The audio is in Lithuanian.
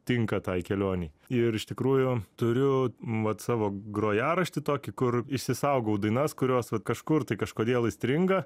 tinka tai kelionei ir iš tikrųjų turiu mat savo grojaraštį tokį kur išsisaugau dainas kurios vat kažkur tai kažkodėl įstringa